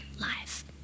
life